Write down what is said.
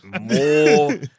More